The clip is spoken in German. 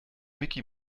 micky